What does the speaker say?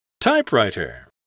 Typewriter